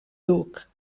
duc